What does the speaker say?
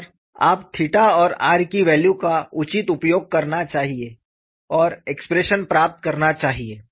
और आपको थीटा और r की वैल्यू का उचित उपयोग करना चाहिए और एक्सप्रेशन प्राप्त करना चाहिए